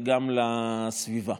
וגם לסביבה.